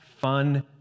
fun